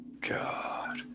God